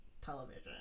television